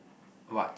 what